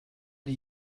die